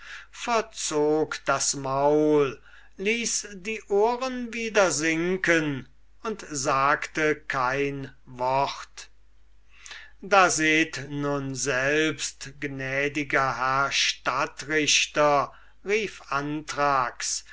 verzog das maul ließ die ohren wieder sinken und sagte kein wort da seht nun selbst gnädiger herr stadtrichter rief